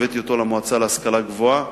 הבאתי אותו למועצה להשכלה גבוהה.